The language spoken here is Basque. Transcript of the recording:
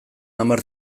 hamar